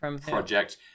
project